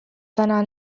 täna